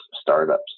startups